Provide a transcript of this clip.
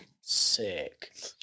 Sick